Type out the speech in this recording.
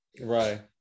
Right